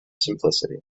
simplicity